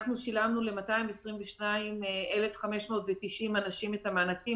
אנחנו שילמנו ל-222,590 אנשים את המענקים